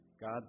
God